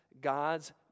God's